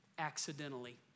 Accidentally